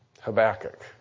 Habakkuk